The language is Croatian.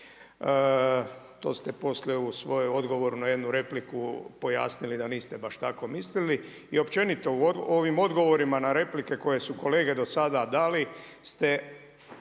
To ste poslije u svojem odgovoru na jednu repliku pojasnili da niste baš tako mislili. I općenito u ovim odgovorima na replike koje su kolege do sada dali ste